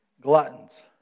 gluttons